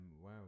wow